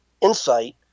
insight